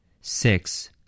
six